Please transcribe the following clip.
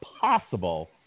possible